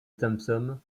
thompson